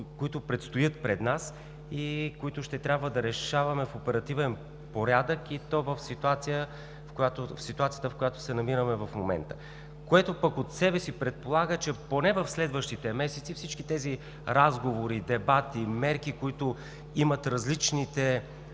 които предстоят пред нас и които ще трябва да решаваме в оперативен порядък, и то в ситуацията, в която се намираме в момента. Което пък от себе си предполага, че поне в следващите месеци всички тези разговори, дебати, мерки, които имат различните